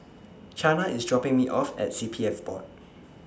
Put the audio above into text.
Chana IS dropping Me off At CPF Board